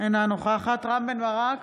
אינה נוכחת רם בן ברק,